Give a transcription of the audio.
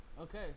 Okay